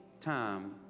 time